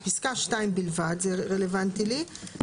בפסקה (2) בלבד זה רלוונטי לי,